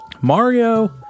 Mario